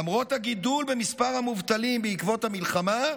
למרות הגידול במספר המובטלים בעקבות המלחמה,